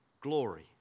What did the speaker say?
glory